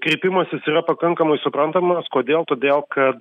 kreipimasis yra pakankamai suprantamas kodėl todėl kad